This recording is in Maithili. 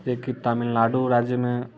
जेकि तमिलनाडु राज्यमे